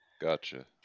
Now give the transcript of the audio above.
Gotcha